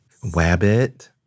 Wabbit